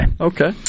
Okay